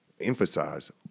emphasize